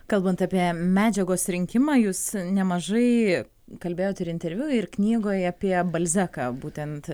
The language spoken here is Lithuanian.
kalbant apie medžiagos rinkimą jūs nemažai kalbėjote ir interviu ir knygoje apie balzeką būtent